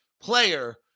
player